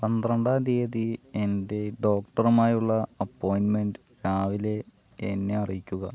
പന്ത്രണ്ടാം തീയതി എന്റെ ഡോക്ടറുമായുള്ള അപ്പോയിൻറ്റ്മെൻറ്റ് രാവിലെ എന്നെ അറിയിക്കുക